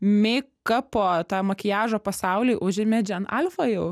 mi kapo tą makiažo pasaulį užėmė alfa jau